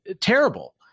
terrible